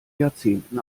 jahrzehnten